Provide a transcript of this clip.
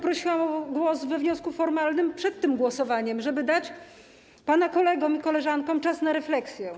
Prosiłam o głos z wnioskiem formalnym przed tym głosowaniem, żeby dać pana kolegom i koleżankom czas na refleksję.